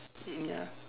mm ya